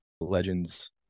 Legends